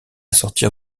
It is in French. sortir